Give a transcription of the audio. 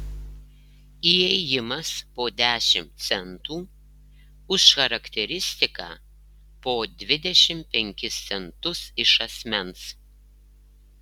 įėjimas po dešimt centų už charakteristiką po dvidešimt penkis centus iš asmens